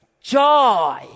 joy